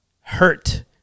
hurt